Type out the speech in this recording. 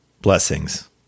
Blessings